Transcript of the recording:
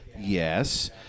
Yes